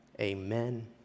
Amen